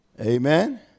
Amen